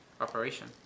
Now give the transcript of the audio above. operation